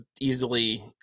easily